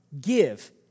give